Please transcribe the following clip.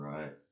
Right